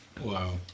Wow